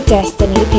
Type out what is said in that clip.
Destiny